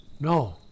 No